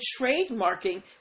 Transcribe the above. trademarking